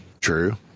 True